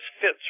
fits